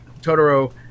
Totoro